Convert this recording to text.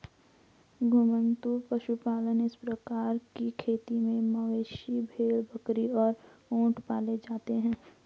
घुमंतू पशुपालन इस प्रकार की खेती में मवेशी, भेड़, बकरी और ऊंट पाले जाते है